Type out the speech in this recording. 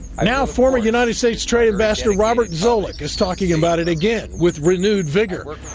now former united states trade ambassador robert zoellick. is talking about it again with renewed vigor.